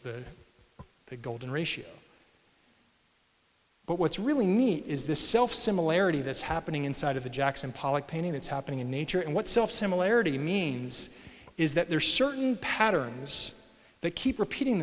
to the golden ratio but what's really neat is this self similarity that's happening inside of a jackson pollock painting it's happening in nature and what self similarity means is that there are certain patterns that keep repeating